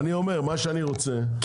מה שאני רוצה,